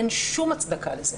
אין שום הצדקה לזה.